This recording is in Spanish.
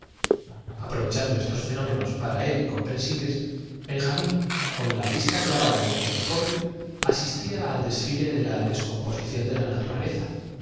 hasta entonces á para él incomprensibles benjamín con la vista clavada en el telescopio asistía al desfile de la tantas vicisitudes pero la